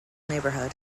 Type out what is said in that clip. neighborhood